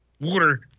Water